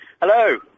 Hello